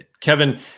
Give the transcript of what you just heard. Kevin